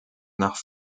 nach